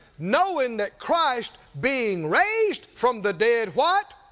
knowing that christ being raised from the dead, what?